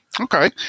okay